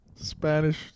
Spanish